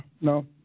no